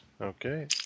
Okay